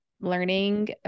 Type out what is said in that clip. learning